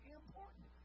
important